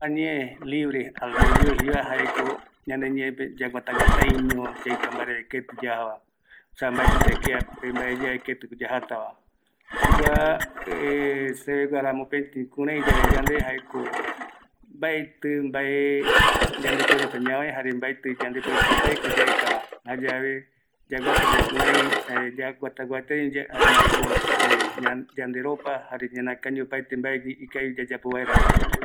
Ñanemiari yave kua libre albeldrio ye jae ko ome yandeve oiparavo kirai yande yandequirei yaiko vare jaema jokua yaiparavo kavia ye yanderei ma ko oi jaeramo ko ikavi ñoi yande ye yayemongueta kavi jare yaiparavo vaera kirei ko yande kierei yaiko kua ivï pe.